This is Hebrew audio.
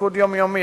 תפקוד יומיומי,